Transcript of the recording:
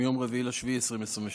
תודה.